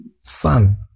Son